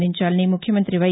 అందించాలని ముఖ్యమంత్రి వై